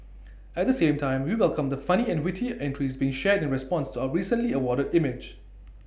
at the same time we welcome the funny and witty entries being shared in response to our recently awarded image